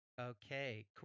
Okay